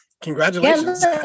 Congratulations